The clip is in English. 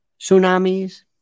tsunamis